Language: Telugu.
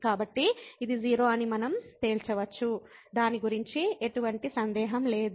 కాబట్టి ఇది 0 అని మనం తేల్చవచ్చు దాని గురించి ఎటువంటి సందేహం లేదు